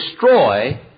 destroy